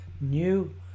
new